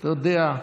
אתה יודע,